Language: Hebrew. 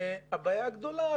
הבעיה הגדולה,